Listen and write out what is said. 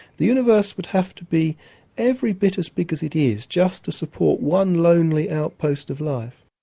the universe would have to be every bit as big as it is just to support one lonely outpost of life.